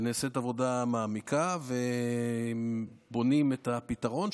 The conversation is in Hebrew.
נעשית עבודה מעמיקה ובונים את הפתרון,